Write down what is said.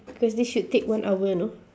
cause this should take one hour no